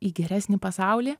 į geresnį pasaulį